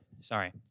sorry